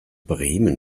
bremen